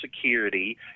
Security